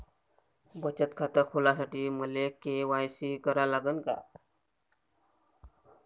बचत खात खोलासाठी मले के.वाय.सी करा लागन का?